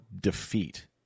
defeat